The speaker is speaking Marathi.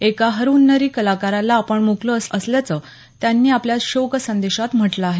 एका हरहुन्नरी कलाकाराला आपण मुकलो असं त्यांनी आपल्या शोकसंदेशात म्हटलं आहे